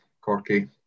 Corky